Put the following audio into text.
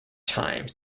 times